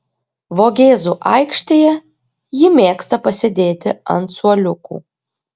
vogėzų aikštėje ji mėgsta pasėdėti ant suoliukų